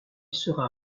sera